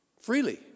freely